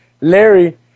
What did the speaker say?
Larry